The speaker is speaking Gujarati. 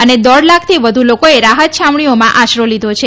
અને દોઢ લાખથી વધુ લોકો રાહત છાવણીઓમાં આશરો લીધો છે